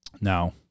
Now